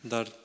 Dar